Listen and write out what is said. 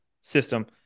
system